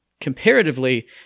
Comparatively